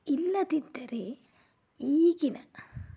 ಇಲ್ಲದಿದ್ದರೆ ಈಗಿನ